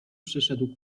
przyszedł